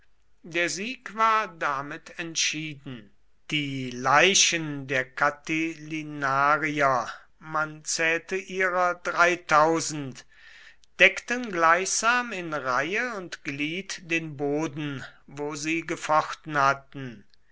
der sieg war damit entschieden die leichen der catilinarier man zählte ihrer deckten gleichsam in reihe und glied den boden wo sie gefochten hatten